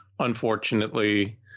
Unfortunately